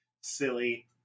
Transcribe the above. silly